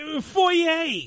foyer